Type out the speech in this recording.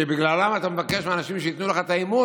שבגללם אתה מבקש מאנשים שייתנו לך את האמון?